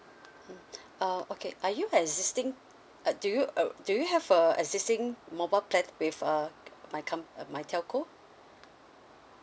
mm uh okay are you existing uh do you uh do you have a existing mobile plan with uh my com uh my telco